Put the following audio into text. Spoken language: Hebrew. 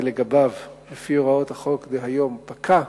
לגביו לפי הוראות החוק דהיום פקע,